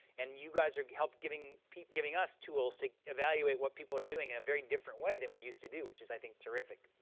and you guys are giving giving us tools to evaluate what people are doing in a very different way than we used to do, which is, i think, terrific.